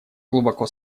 глубоко